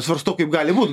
svarstau kaip gali būt